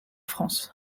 france